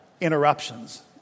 interruptions